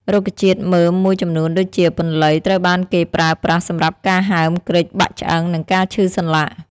រុក្ខជាតិមើមមួយចំនួនដូចជា ពន្លៃ ត្រូវបានគេប្រើសម្រាប់ការហើម គ្រេច បាក់ឆ្អឹង និងការឈឺសន្លាក់។